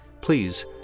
please